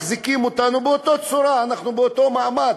מחזיקים אותנו באותה צורה, אנחנו באותו מעמד: